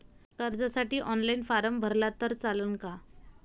कर्जसाठी online form भरला तर चालन का?